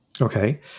Okay